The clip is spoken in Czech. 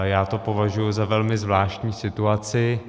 Já to považuji za velmi zvláštní situaci.